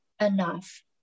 enough